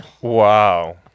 Wow